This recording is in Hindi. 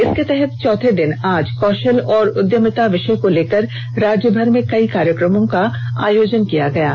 इसके तहत चौथे दिन आज कौषल और उद्यमिता विषय को लेकर राज्यभर में कई कार्यक्रमों का आयोजन किया जा रहा है